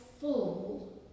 full